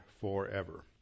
forever